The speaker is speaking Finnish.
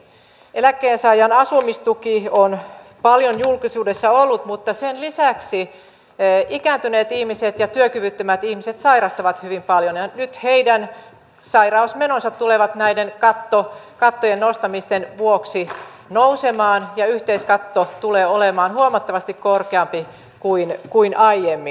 eläkkeensaajan asumistuki on paljon julkisuudessa ollut mutta sen lisäksi ikääntyneet ihmiset ja työkyvyttömät ihmiset sairastavat hyvin paljon ja nyt heidän sairausmenonsa tulevat näiden kattojen nostamisten vuoksi nousemaan ja yhteiskatto tulee olemaan huomattavasti korkeampi kuin aiemmin